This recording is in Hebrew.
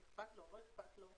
אם אכפת לו או לא אכפת לו.